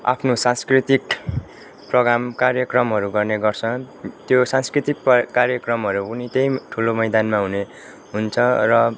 आफ्नो सांस्कृतिक प्रोग्राम कार्यक्रमहरू गर्ने गर्छन् त्यो सांस्कृतिक कार्यक्रमहरू हुने त्यो ठुलो मैदानमा हुने हुन्छ र